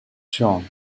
shown